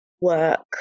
work